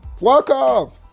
Welcome